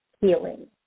healing